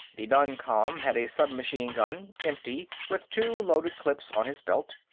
the non-com had a submachine gun, empty, with two loaded clips on his belt.